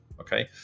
Okay